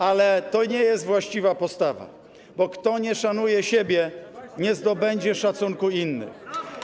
Ale to nie jest właściwa postawa, bo kto nie szanuje siebie, nie zdobędzie szacunku innych.